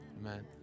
Amen